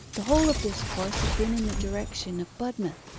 the whole of this course had been in the direction of budmouth.